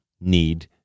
need